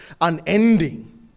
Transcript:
unending